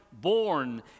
born